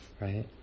right